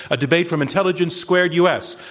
a debate from intelligence squared u. s.